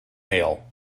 hail